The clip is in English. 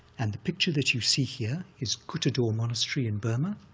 and the picture that you see here is kuthodaw monastery in burma,